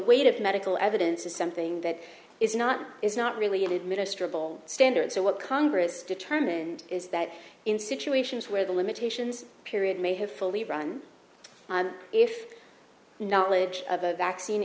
weight of medical evidence is something that is not is not really administer of all standards or what congress determined is that in situations where the limitations period may have fully run if knowledge of a vaccine